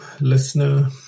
listener